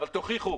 אבל תוכיחו